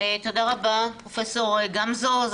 פרופסור גמזו תודה,